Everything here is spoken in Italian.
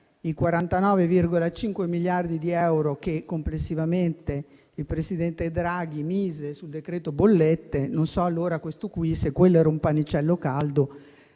i 49,5 miliardi di euro che complessivamente il presidente Draghi mise sul decreto bollette; se quello era un pannicello caldo,